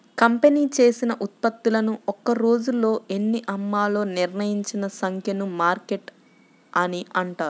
company చేసిన ఉత్పత్తులను ఒక్క రోజులో ఎన్ని అమ్మాలో నిర్ణయించిన సంఖ్యను టార్గెట్ అని అంటారు